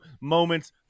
moments